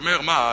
שאומר: מה,